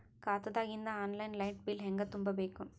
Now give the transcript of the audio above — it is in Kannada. ಖಾತಾದಾಗಿಂದ ಆನ್ ಲೈನ್ ಲೈಟ್ ಬಿಲ್ ಹೇಂಗ ತುಂಬಾ ಬೇಕು?